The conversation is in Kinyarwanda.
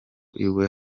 iwe